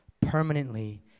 permanently